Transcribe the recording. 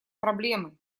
проблемой